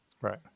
Right